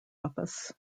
office